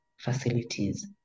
facilities